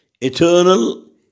eternal